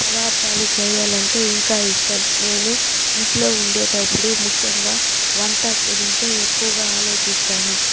పదార్థాలు చేయాలంటే ఇంకా ఇష్టం నేను ఇంట్లో ఉండేటప్పుడు ముఖ్యంగా వంట గురించే ఎక్కువగా ఆలోచిస్తాను